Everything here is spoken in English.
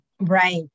Right